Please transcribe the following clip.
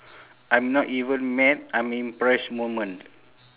I'm not even mad I'm impressed moment